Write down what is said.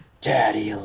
Daddy